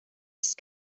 ist